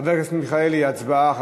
חבר הכנסת מיכאלי, הצבעה.